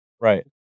right